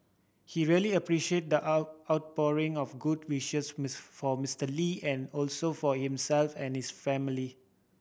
he really appreciate the out outpouring of good wishes miss for Mister Lee and also for himself and his family